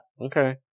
Okay